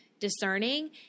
discerning